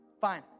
fine